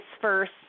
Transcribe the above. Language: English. first